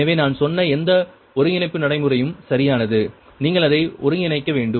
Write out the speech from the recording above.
எனவே நான் சொன்ன எந்த ஒன்றிணைப்பு நடைமுறையும் சரியானது நீங்கள் அதை ஒன்றிணைக்க வேண்டும்